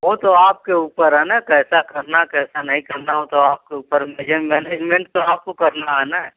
वो तो आपके ऊपर है ना कैसा करना कैसा नहीं करना वो तो आपके ऊपर मेन मैनेजमेंट तो आपको करना है ना